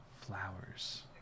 Flowers